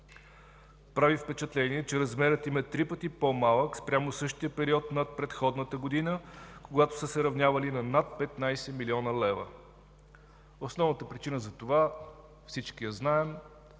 Прави впечатление, че размерът им е три пъти по-малък спрямо същия период на предходната година, когато са се равнявали на над 15 млн. лв. Основната причина за това – всички я знаем